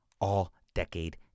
All-Decade